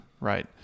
right